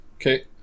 Okay